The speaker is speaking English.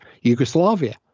Yugoslavia